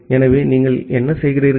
எனவே நீங்கள் என்ன செய்கிறீர்கள்